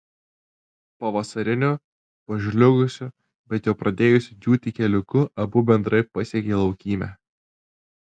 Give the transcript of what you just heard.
pavasariniu pažliugusiu bet jau pradėjusiu džiūti keliuku abu bendrai pasiekė laukymę